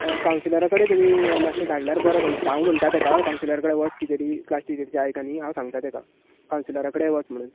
कावन्सिलरा कडेन तुमी मात्शे धाडल्यार बरो कोहो दिसता हांव म्हणटां तेका कावन्सिलरा कडेन वच टिचरी क्लास टिचरीचें आयक आनी हांव सांगता तेका कावन्सिलरा कडे वच म्हुणून